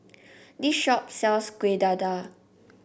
this shop sells Kuih Dadar